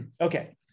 Okay